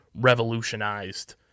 revolutionized